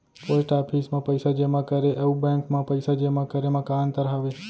post office मा पइसा जेमा करे अऊ बैंक मा पइसा जेमा करे मा का अंतर हावे